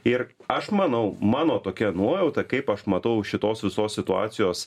ir aš manau mano tokia nuojauta kaip aš matau šitos visos situacijos